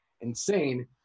insane